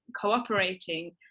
cooperating